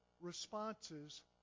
responses